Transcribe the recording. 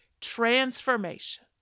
transformation